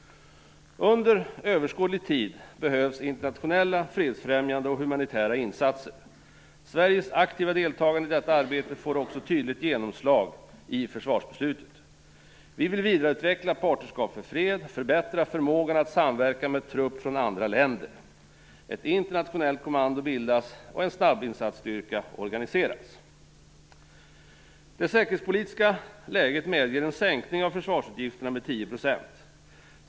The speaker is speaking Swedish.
Under överskådlig tid behövs internationella fredsfrämjande och humanitära insatser. Sveriges aktiva deltagande i detta arbete får också tydligt genomslag i försvarsbeslutet. Vi vill vidareutveckla Partnerskap för fred och förbättra förmågan att samverka med trupp från andra länder. Ett internationellt kommando bildas och en snabbinsatsstyrka organiseras. Det säkerhetspolitiska läget medger en sänkning av försvarsutgifterna med 10 %.